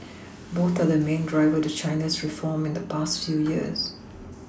both are the main driver to China's reform in the past few years